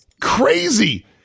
Crazy